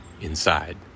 inside